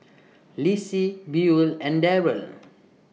Lissie Buel and Darell